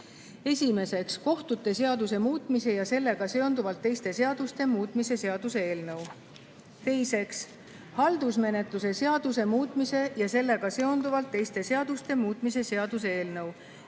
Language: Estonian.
Esimeseks, kohtute seaduse muutmise ja sellega seonduvalt teiste seaduste muutmise seaduse eelnõu. Teiseks, haldusmenetluse seaduse muutmise ja sellega seonduvalt teiste seaduste muutmise seaduse eelnõu.